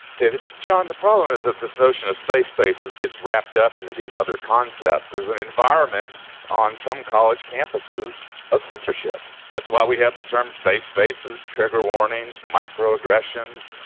david? john, the problem is that this notion of safe spaces gets wrapped up into these other concepts. there's an environment on some college campuses of censorship. that's why we have the term safe spaces, trigger warnings, micro aggressions,